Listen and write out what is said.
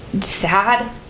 sad